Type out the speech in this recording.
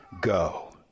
go